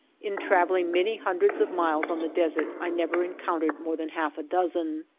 in travelling many hundreds of miles on the desert i never encountered more than half a dozen.